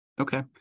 Okay